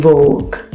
Vogue